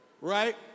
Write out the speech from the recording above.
Right